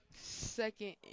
Second